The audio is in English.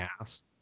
ass